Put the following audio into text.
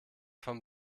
von